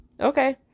Okay